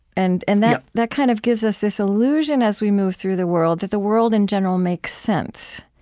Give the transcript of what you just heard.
and and that that kind of gives us this illusion as we move through the world, that the world in general makes sense,